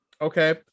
Okay